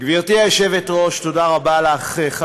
גברתי היושבת-ראש, תודה רבה לך.